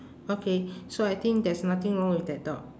okay so I think there's nothing wrong with that dog